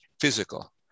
physical